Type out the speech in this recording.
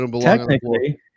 technically